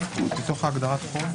בתוך הגדרת חוב.